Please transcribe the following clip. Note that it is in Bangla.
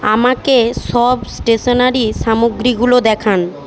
আমাকে সব স্টেশনারি সামগ্রীগুলো দেখান